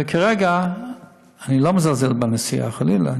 וכרגע, אני לא מזלזל בנסיעה, חלילה.